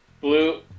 Blue